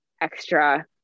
extra